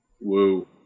Woo